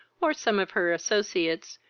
or some of her associates,